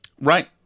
Right